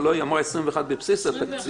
היא אמרה 21 בבסיס התקציב.